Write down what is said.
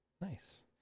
nice